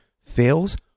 fails